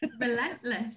Relentless